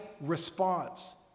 response